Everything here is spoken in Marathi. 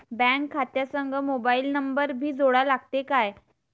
बँक खात्या संग मोबाईल नंबर भी जोडा लागते काय?